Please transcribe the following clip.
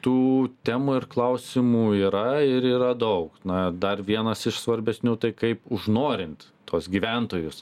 tų temų ir klausimų yra ir yra daug na dar vienas iš svarbesnių tai kaip užnorint tuos gyventojus